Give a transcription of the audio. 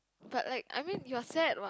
but like I mean you're sad what